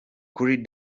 kuri